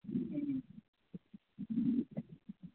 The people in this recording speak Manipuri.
ꯎꯝ ꯎꯝ